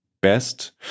best